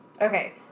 Okay